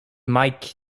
mike